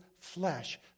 flesh